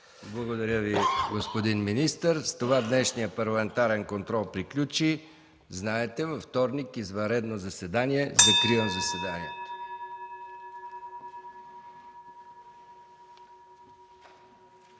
Благодаря Ви, господин министър. С това днешният парламентарен контрол приключи. Знаете, във вторник – извънредно заседание. Закривам заседанието.